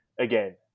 again